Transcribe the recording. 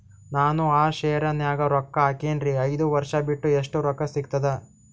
ನಾನು ಆ ಶೇರ ನ್ಯಾಗ ರೊಕ್ಕ ಹಾಕಿನ್ರಿ, ಐದ ವರ್ಷ ಬಿಟ್ಟು ಎಷ್ಟ ರೊಕ್ಕ ಸಿಗ್ತದ?